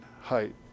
height